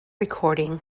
recording